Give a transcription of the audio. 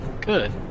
Good